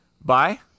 Bye